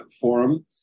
forum